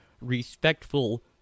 respectful